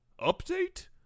update